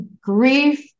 grief